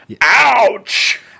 Ouch